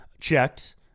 checked